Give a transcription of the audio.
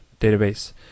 database